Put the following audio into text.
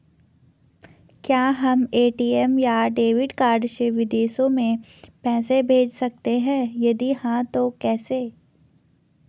क्या हम ए.टी.एम या डेबिट कार्ड से विदेशों में पैसे भेज सकते हैं यदि हाँ तो कैसे?